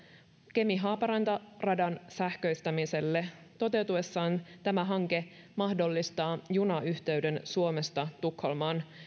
kemi haaparanta radan sähköistämiselle toteutuessaan tämä hanke mahdollistaa junayhteyden suomesta tukholmaan